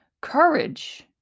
courage